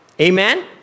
amen